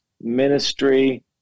ministry